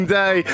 day